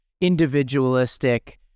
individualistic